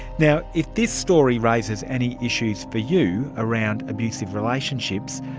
now, if this story raises any issues for you around abusive relationships,